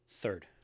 Third